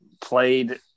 played